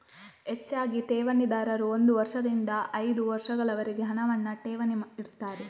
ಹೆಚ್ಚಾಗಿ ಠೇವಣಿದಾರರು ಒಂದು ವರ್ಷದಿಂದ ಐದು ವರ್ಷಗಳವರೆಗೆ ಹಣವನ್ನ ಠೇವಣಿ ಇಡ್ತಾರೆ